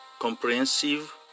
comprehensive